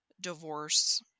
divorce